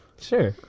Sure